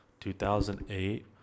2008